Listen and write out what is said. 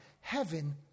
heaven